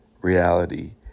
reality